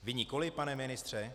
Vy nikoliv, pane ministře?